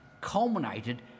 culminated